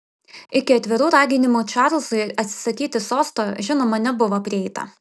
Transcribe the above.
iki atvirų raginimų čarlzui atsisakyti sosto žinoma nebuvo prieita